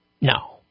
No